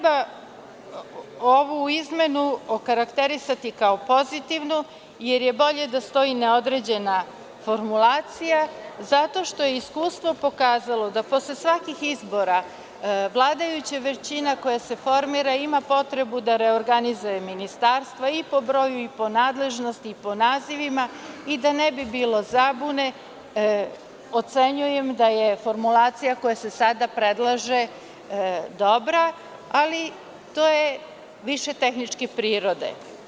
Ovu izmenu treba okarakterisati kao pozitivnu, jer je bolje da stoji neodređena formulacija, zato što je iskustvo pokazalo da posle svakih izbora, vladajuća većina koja se formira ima potrebu da reorganizuje ministarstva, i po broju i po nadležnosti i po nazivima, i da ne bi bilo zabune, ocenjujem da je formulacija koja se sada predlaže dobra, ali je više tehničke prirode.